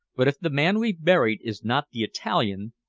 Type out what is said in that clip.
but if the man we've buried is not the italian,